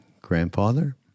grandfather